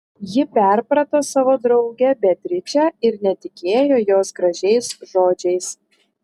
ji perprato savo draugę beatričę ir netikėjo jos gražiais žodžiais